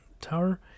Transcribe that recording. Tower